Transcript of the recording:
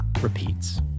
repeats